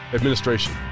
Administration